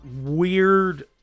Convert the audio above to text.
weird